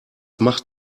macht